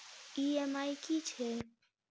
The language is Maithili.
ई.एम.आई की छैक?